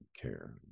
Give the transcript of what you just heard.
care